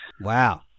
Wow